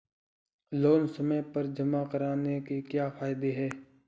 Loan समय पर जमा कराने के क्या फायदे हैं?